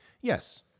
Yes